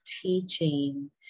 teaching